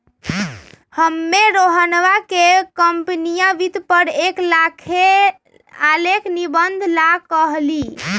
हम्मे रोहनवा के कंपनीया वित्त पर एक आलेख निबंध ला कहली